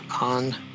on